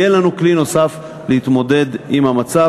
יהיה לנו כלי נוסף להתמודד עם המצב.